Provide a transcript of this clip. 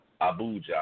Abuja